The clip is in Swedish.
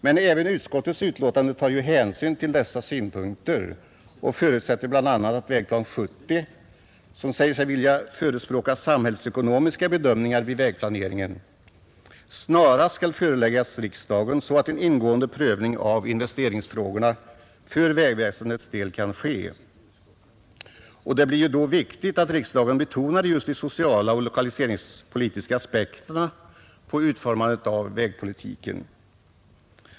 Men även utskottets betänkande tar ju hänsyn till dessa synpunkter och förutsätter bl.a. att Vägplan 1970, som säger sig vilja förespråka samhällsekonomiska bedömningar vid vägplaneringen, snarast skall föreläggas riksdagen så att en ingående prövning av investeringsfrågorna för vägväsendets del kan ske. Och det blir då viktigt att riksdagen betonar just de sociala och lokaliseringspolitiska aspekterna på utformandet av vägpolitiken.